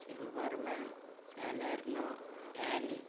Silverman Salerno యాని